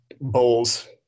bowls